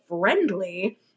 friendly